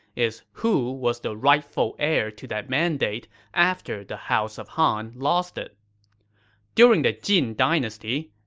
is who was the rightful heir to that mandate after the house of han lost it during the jin dynasty,